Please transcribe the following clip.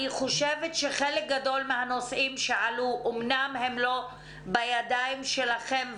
אני חושבת שחלק גדול מהנושאים שעלו אמנם הם לא בידיים שלכם,